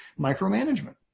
Micromanagement